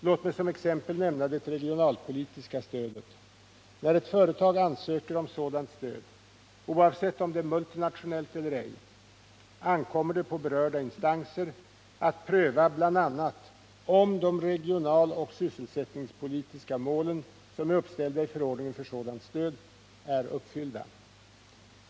Låt mig som exempel nämna det regionalpolitiska stödet. När ett företag ansöker om sådant stöd, oavsett om det är multinationellt eller ej, ankommer det på berörda instanser att pröva bl.a. om de regionaloch sysselsättningspolitiska mål som är uppställda i förordningen för sådant stöd är uppfyllda.